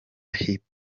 hip